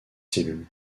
cellules